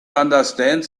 understand